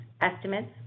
estimates